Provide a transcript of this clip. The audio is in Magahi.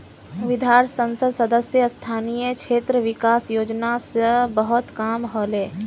वर्धात संसद सदस्य स्थानीय क्षेत्र विकास योजना स बहुत काम ह ले